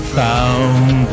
found